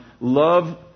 love